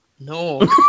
no